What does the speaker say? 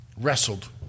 wrestled